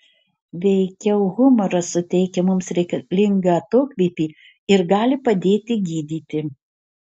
veikiau humoras suteikia mums reikalingą atokvėpį ir gali padėti gydyti